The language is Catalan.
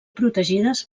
protegides